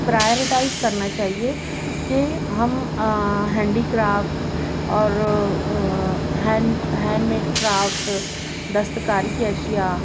prioritise کرنا چاہیے کہ ہم ہینڈی کرافٹ اور ہینڈ ہینڈ میٹ کرافٹ دستکاری کی اشیاء